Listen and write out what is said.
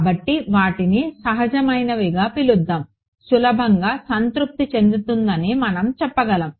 కాబట్టి వాటిని సహజమైనవిగా పిలుద్దాం సులభంగా సంతృప్తి చెందుతుందని మనం చెప్పగలం